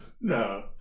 No